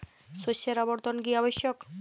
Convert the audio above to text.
শস্যের আবর্তন কী আবশ্যক?